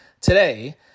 today